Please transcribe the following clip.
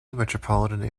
metropolitan